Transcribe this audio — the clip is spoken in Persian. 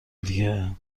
دیگه